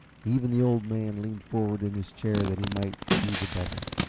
even the old man leaned forward in his chair that he might see the better.